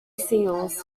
seals